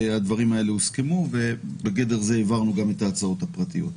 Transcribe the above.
הייתה על כך הסכמה ולכן העברנו גם את ההצעות הפרטיות.